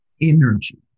energy